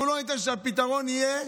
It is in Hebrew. אנחנו לא ניתן שהפתרון יהיה